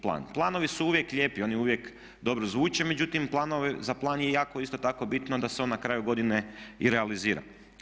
Planovi su uvijek lijepi, oni uvijek dobro zvuče međutim za plan je jako isto tako bitno da se on na kraju godine i realizira.